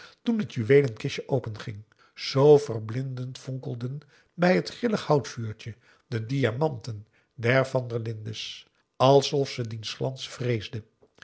toen het juweelenkistje openging zoo verblindend fonkelden bij het grillig houtvuurtje de diamanten der van der lindens alsof ze dien glans vreesde